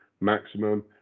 maximum